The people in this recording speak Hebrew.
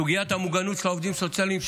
סוגיית המוגנות של העובדים הסוציאליים,